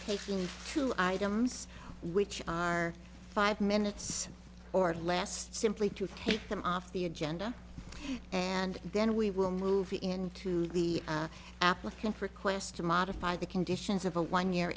taking two items which are five minutes or less simply to take them off the agenda and then we will move into the applicant's request to modify the conditions of a one year